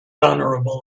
honorable